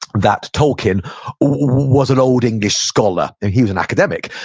that tolkien was an old english scholar. and he was an academic.